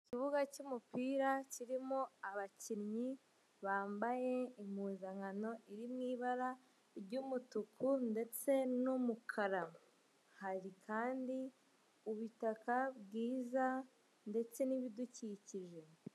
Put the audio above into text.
Ikibuga cy'umupira kiromo abakinnyi bambaye impuzankano iri mu ibara ry'umutuku ndetse n'umukara. Hari kandi ubutaka bwiza ndetse n'ibidukikije.